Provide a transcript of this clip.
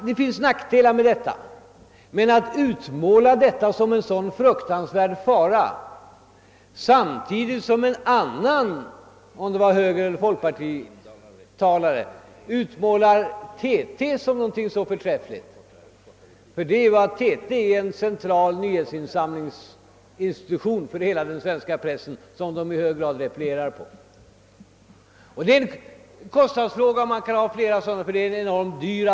Det finns nackdelar med detta system, men det är fel att utmåla det som en fruktansvärd fara och samtidigt, som en annan talare — från högern eller folkpartiet — gjorde, utmåla TT som något så förträffligt. TT är en central nyhetsinsamlingsinstitution för hela den svenska pressen. Det är en kostnadsfråga om man skall ha flera sådana redaktioner.